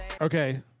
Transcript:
Okay